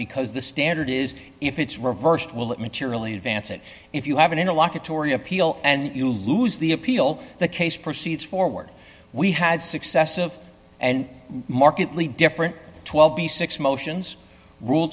because the standard is if it's reversed will it materially advance it if you have an interlocutory appeal and you lose the appeal the case proceeds forward we had successive and markedly different twelve b six motions rule